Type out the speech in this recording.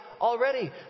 already